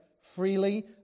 freely